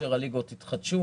כאשר הליגות התחדשו